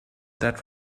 that